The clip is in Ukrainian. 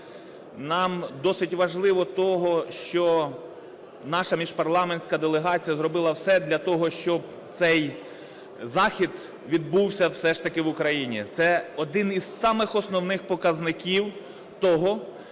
нам досить важливо того, що наша міжпарламентська делегація зробила все для того, щоб цей захід відбувся все ж таки в Україні. Це один із самих основних показників того,